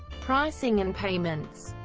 pricing and payments